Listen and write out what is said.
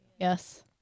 Yes